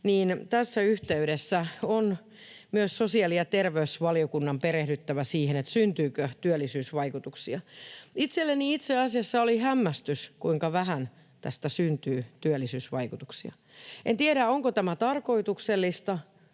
niin tässä yhteydessä on myös sosiaali‑ ja terveysvaliokunnan perehdyttävä siihen, syntyykö työllisyysvaikutuksia. Itselleni itse asiassa oli hämmästys, kuinka vähän tästä syntyy työllisyysvaikutuksia. En tiedä, onko tämä tarkoituksellista,